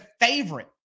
favorite